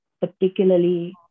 particularly